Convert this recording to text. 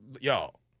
y'all